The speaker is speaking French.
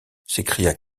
s’écria